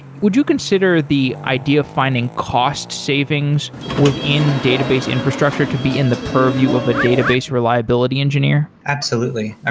would you consider the idea of finding cost savings within database infrastructure to be in the purview of a database reliability engineer? absolutely. i